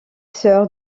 sœur